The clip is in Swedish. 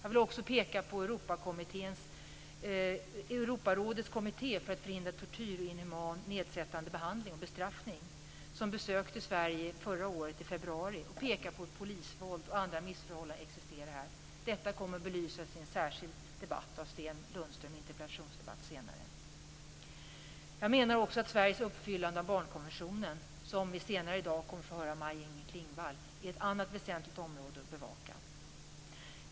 Jag vill också peka på Europarådets kommitté för att förhindra tortyr och inhuman och nedsättande behandling eller bestraffning, som besökte Sverige i februari förra året och pekade på hur polisvåld och andra missförhållanden existerar här. Detta kommer att belysas senare i en debatt med anledning av en interpellation av Sten Lundström. Sveriges uppfyllande av barnkonventionen, om vilket vi senare kommer att få höra av Maj-Inger Klingvall, är ett annat väsentligt område att bevaka.